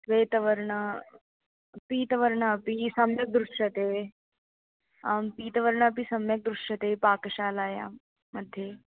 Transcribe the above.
श्वेतवर्णः पीतवर्णः अपि सम्यक् दृश्यते आं पीतवर्णः अपि सम्यक् दृश्यते पाकशालायाम्मध्ये